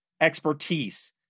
expertise